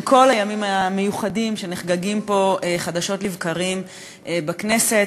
הימים המיוחדים שנחגגים חדשות לבקרים בכנסת.